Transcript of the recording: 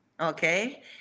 okay